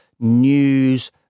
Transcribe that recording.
news